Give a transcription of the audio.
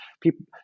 People